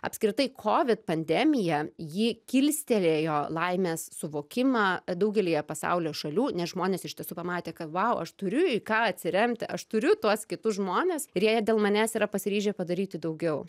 apskritai kovid pandemija ji kilstelėjo laimės suvokimą daugelyje pasaulio šalių nes žmonės iš tiesų pamatė kad vau aš turiu į ką atsiremti aš turiu tuos kitus žmones ir jie dėl manęs yra pasiryžę padaryti daugiau